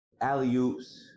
alley-oops